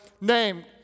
name